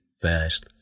first